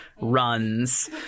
runs